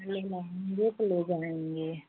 लेना है एक ले जाएँगे